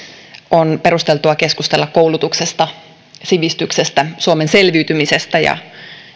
on perusteltua keskustella koulutuksesta sivistyksestä suomen selviytymisestä ja